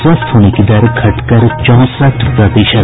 स्वस्थ होने की दर घटकर चौंसठ प्रतिशत